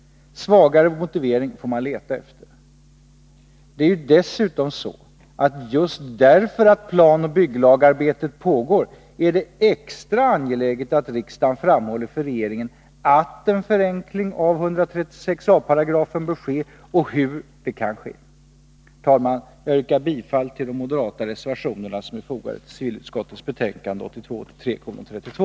Svagare motivering får man leta efter. Det är ju dessutom så, att just därför att planoch bygglagarbetet pågår är det extra angeläget att riksdagen framhåller för regeringen att en förenkling av 136 a § bör ske och hur det kan ske. Herr talman! Jag yrkar bifall till de moderata reservationerna, som är fogade vid civilutskottets betänkande 1982/83:32.